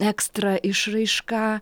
ekstra išraišką